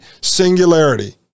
Singularity